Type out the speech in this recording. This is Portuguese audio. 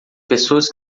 pessoas